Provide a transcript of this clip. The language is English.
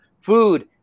food